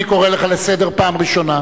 אני קורא אותך לסדר פעם ראשונה.